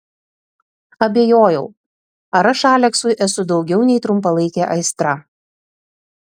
abejojau ar aš aleksui esu daugiau nei trumpalaikė aistra